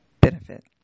benefit